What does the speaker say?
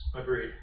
agreed